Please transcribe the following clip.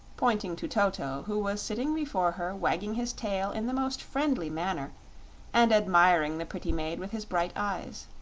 pointing to toto, who was sitting before her wagging his tail in the most friendly manner and admiring the pretty maid with his bright eyes.